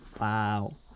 wow